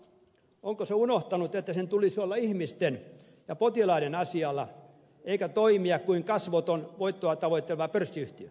onko se unohtanut että sen tulisi olla ihmisten ja potilaiden asialla eikä toimia kuin kasvoton voittoa tavoitteleva pörssiyhtiö